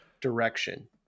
direction